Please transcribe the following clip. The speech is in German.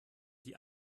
die